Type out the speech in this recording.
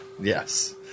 Yes